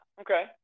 okay